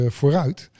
vooruit